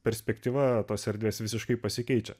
perspektyva tos erdvės visiškai pasikeičia